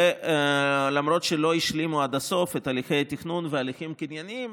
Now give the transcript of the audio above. ולא השלימו עד הסוף את הליכי התכנון והליכים קנייניים,